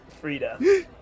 Frida